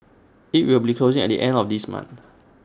IT will be closing at the end of this month